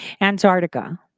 Antarctica